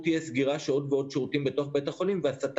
עם כמות רופאים וצוותים בין הנמוכים בעולם המערבי,